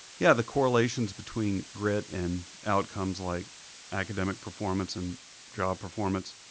yeah, the correlations between grit and outcomes like academic performance and job performance,